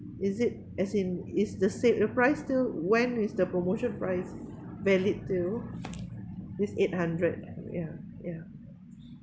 is it as in is the same the price still when would the promotion price valid till with eight hundred ya ya